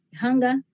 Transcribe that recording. hunger